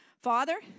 Father